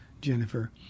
Jennifer